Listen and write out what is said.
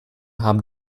haben